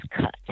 cut